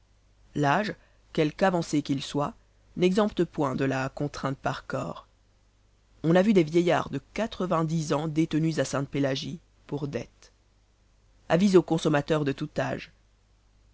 l'âge quelqu'avancé qu'il soit n'exempte point de la contrainte par corps on a vu des vieillards de quatre-vingt-dix ans détenus à sainte-pélagie pour dettes avis aux consommateurs de tout âge